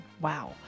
Wow